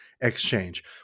exchange